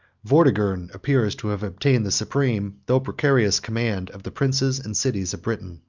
vortigern appears to have obtained the supreme, though precarious command of the princes and cities of britain.